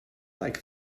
like